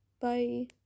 Bye